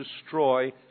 destroy